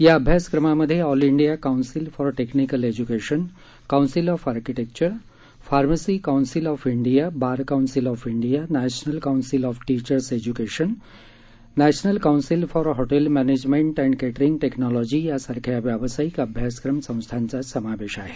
या अभ्यासक्रमांमध्ये all India council for technical education council of architecture pharmacy council of India bar council of India national council of teachers education national council for hotel management and catering technology यासारख्या व्यावसायिक अभ्यासक्रम संस्थाचा समावेश आहे